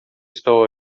estou